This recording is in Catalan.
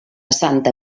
santa